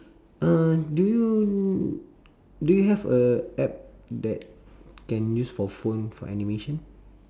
uh do you do you have a app that can use for phone for animation